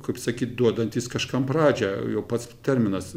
kaip sakyt duodantys kažkam pradžią jau pats terminas